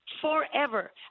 forever